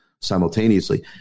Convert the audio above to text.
simultaneously